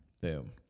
boom